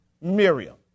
Miriam